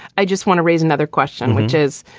i just want to raise another question, which is,